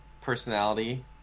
personality